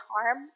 harm